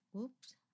oops